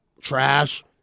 trash